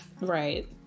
Right